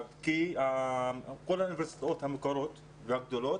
כל האוניברסיטאות המוכרות והגדולות,